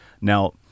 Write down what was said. now